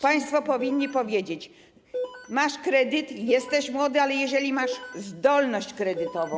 Państwo powinni powiedzieć: masz kredyt, jeśli jesteś młody, ale jeżeli masz zdolność kredytową.